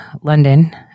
London